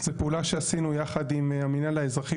זה פעולה שעשינו יחד עם המינהל האזרחי